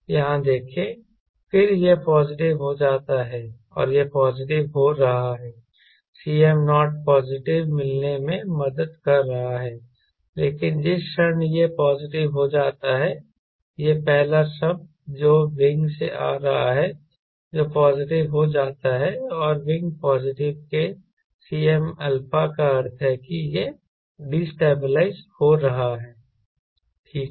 यहां देखें फिर यह पॉजिटिव हो जाता है और यह पॉजिटिव हो रहा है Cm नॉट पॉजिटिव मिलने में मदद कर रहा है लेकिन जिस क्षण यह पॉजिटिव हो जाता है यह पहला शब्द जो विंग से आ रहा है जो पॉजिटिव हो जाता है और विंग पॉजिटिव के Cmα का अर्थ है कि यह डीस्टेबलाइज़ हो रहा है ठीक है